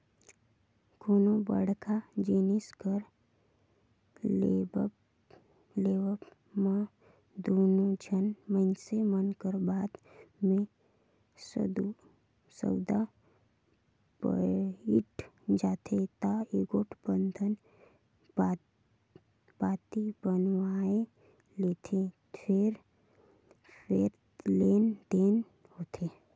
कोनो बड़का जिनिस कर लेवब म दूनो झन मइनसे मन कर बात में सउदा पइट जाथे ता एगोट बंधन पाती बनवाए लेथें फेर लेन देन होथे